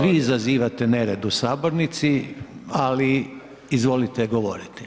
Vi izazivate nered u sabornici, ali izvolite govoriti.